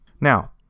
Now